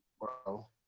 Wow